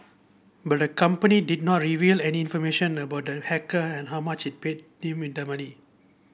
but the company did not reveal any information about the hacker and how much it paid him the money